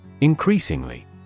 Increasingly